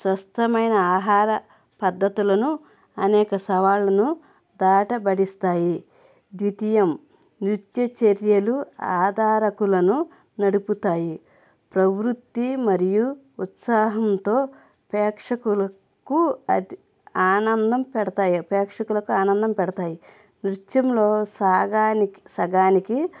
స్వస్థమైన ఆహార పద్ధతులను అనేక సవాళ్ళను దాటబడిస్తాయి ద్వితీయం నృత్య చర్యలు ఆధారకులను నడుపుతాయి ప్రవృత్తి మరియు ఉత్సాహంతో ప్రేక్షకులకు అది ఆనందం పెడతాయి ప్రేక్షకులకు ఆనందం పెడతాయి నృత్యంలో సాగాలి సగానికి